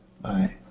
Bye